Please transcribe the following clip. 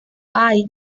hay